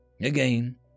Again